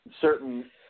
certain